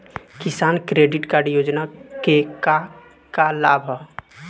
किसान credit card योजना के का का लाभ ह?